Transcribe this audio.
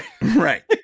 Right